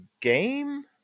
game